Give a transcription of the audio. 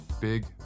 big